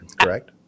correct